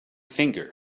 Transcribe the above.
finger